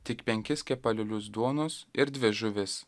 tik penkis kepalėlius duonos ir dvi žuvis